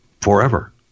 forever